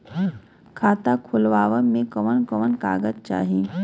खाता खोलवावे में कवन कवन कागज चाही?